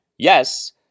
Yes